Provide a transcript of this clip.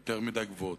יותר מדי גבוהות.